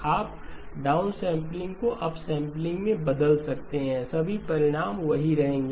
आप डाउनसैंपलिंग को अपसैंपलिंग में बदल सकते हैं सभी परिणाम वही रहेंगे